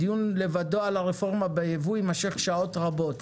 הדיון לבדו על הרפורמה ביבוא יימשך שעות רבות,